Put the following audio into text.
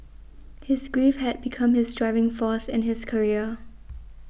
his grief had become his driving force in his career